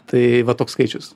tai vat toks skaičius